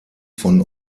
von